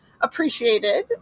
appreciated